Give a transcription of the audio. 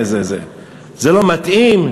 זה לא מתאים,